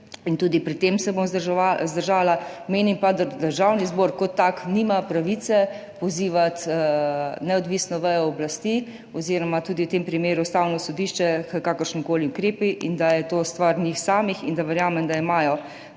in tudi pri tem se bom vzdržala. Menim pa, da Državni zbor kot tak nima pravice pozivati neodvisno vejo oblasti oziroma tudi v tem primeru Ustavno sodišče h kakršnimkoli ukrepom in da je to stvar njih samih, in verjamem, da imajo